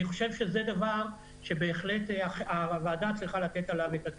אני חושב שזה דבר שהוועדה צריכה לתת עליו את הדעת.